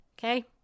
Okay